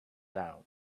down